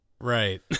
Right